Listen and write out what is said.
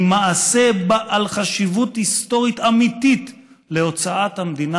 מעשה בעל חשיבות היסטורית אמיתית להוצאת המדינה